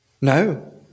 No